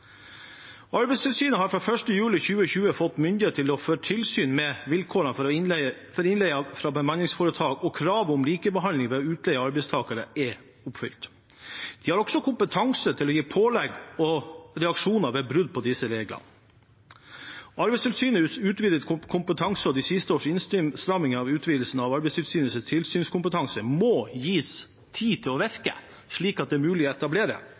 Arbeidstilsynet har fra 1. juli 2020 fått myndighet til å føre tilsyn med at vilkårene for innleie fra bemanningsforetak og kravet om likebehandling ved utleie av arbeidstakere er oppfylt. De har også kompetanse til å gi pålegg og reaksjoner ved brudd på disse reglene. Arbeidstilsynets utvidede kompetanse og de siste års innstramminger av utvidelsen av Arbeidstilsynets tilsynskompetanse må gis tid til å virke, slik at det blir mulig å